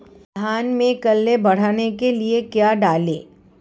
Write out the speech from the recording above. धान में कल्ले बढ़ाने के लिए क्या डालें?